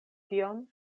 tion